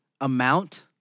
amount